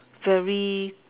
very